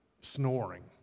Snoring